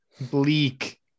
bleak